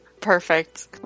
perfect